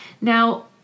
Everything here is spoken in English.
Now